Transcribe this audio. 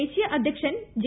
ദേശീയ അധ്യക്ഷൻ ജെ